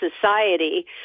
society